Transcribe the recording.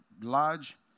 large